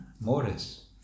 Morris